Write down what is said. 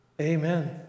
Amen